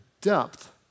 depth